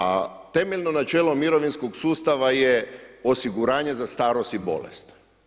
A temeljno načelo mirovinskog sustava je osiguranje za starost i bolest.